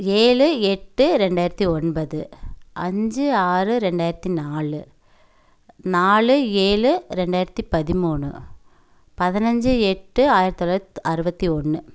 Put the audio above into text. ஏழு எட்டு ரெண்டாயிரத்தி ஒன்பது அஞ்சு ஆறு ரெண்டாயிரத்தி நாலு நாலு ஏழு ரெண்டாயிரத்தி பதிமூணு பதினஞ்சி எட்டு ஆயிரத் தொள்ளாயிரத்து அருபத்தி ஒன்று